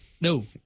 No